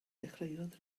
dechreuodd